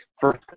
first